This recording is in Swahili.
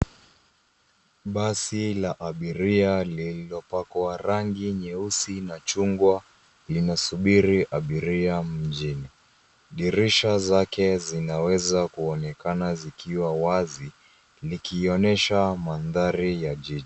Basi la abiria lililopakwa rangi nyeusi na chungwa linasubiri abiria mjini. Dirisha zake zinaweza kuonekana zikiwa wazi likionyesha mandhari ya jiji.